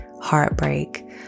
heartbreak